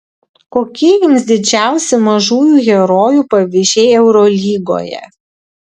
kokie jums didžiausi mažųjų herojų pavyzdžiai eurolygoje